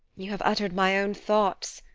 you have uttered my own thoughts,